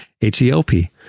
H-E-L-P